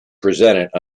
presented